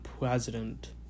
president